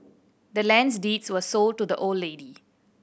the land's deeds was sold to the old lady